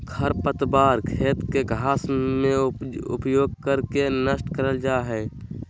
खरपतवार खेत के घास में उपयोग कर के नष्ट करल जा रहल हई